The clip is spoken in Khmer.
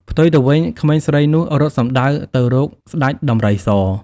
ផ្ទុយទៅវិញក្មេងស្រីនោះរត់សំដៅទៅរកស្ដេចដំរីស ។